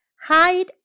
Hide